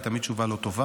היא תמיד תשובה לא טובה.